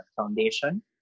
foundation